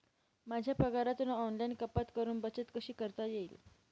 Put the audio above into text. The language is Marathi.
माझ्या पगारातून ऑनलाइन कपात करुन बचत कशी करता येईल?